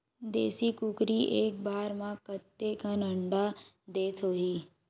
देशी कुकरी एक बार म कतेकन अंडा देत होही?